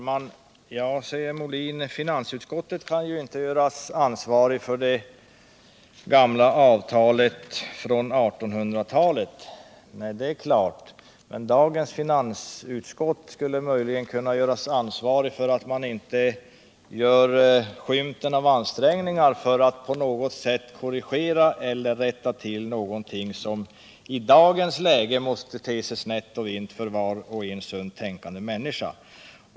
Herr talman! Björn Molin säger att finansutskottet inte kan göras ansvarigt för det gamla avtalet från 1800-talet. Nej, det är klart, men dagens finansutskott skulle möjligen kunna göras ansvarigt för att det inte gör skymten av ansträngningar för att på något sätt korrigera eller rätta till någonting som i dagens läge måste te sig snett och vint för varje sunt tänkande människa.